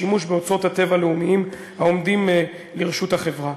לשימוש באוצרות הטבע הלאומיים העומדים לרשות החברה.